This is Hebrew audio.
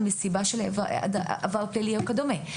מסיבה של עבר פלילי או כדומה.